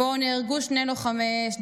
שבו נהרגו שני לוחמי אש,